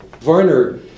Varner